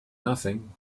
nothing